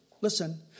listen